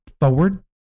forward